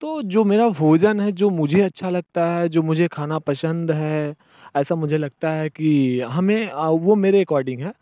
तो जो मेरा भोजन है जो मुझे अच्छा लगता है जो मुझे खाना पसंद है ऐसा मुझे लगता है कि हमें वो मेरे एकॉर्डिंग है